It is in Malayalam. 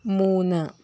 മൂന്ന്